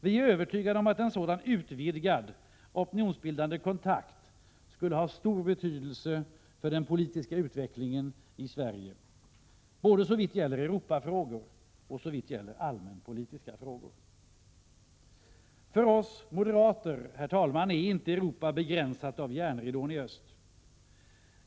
Vi är övertygade om att en sådan utvidgad opinionsbildande kontakt skulle ha stor betydelse för den politiska utvecklingen i Sverige, både såvitt gäller Europafrågor och såvitt gäller allmänpolitiska frågor. För oss moderater är Europa inte begränsat av järnridån i öst.